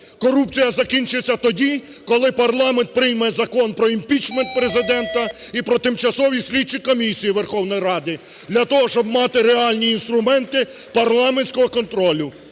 Корупція закінчиться тоді, коли парламент прийме Закон про імпічмент Президента і про тимчасові слідчі комісії Верховної Ради, для того щоб мати реальні інструменти парламентського контролю.